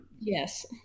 yes